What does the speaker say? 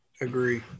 Agree